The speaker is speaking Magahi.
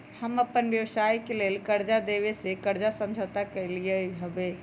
हम अप्पन व्यवसाय के लेल कर्जा देबे से कर्जा समझौता कलियइ हबे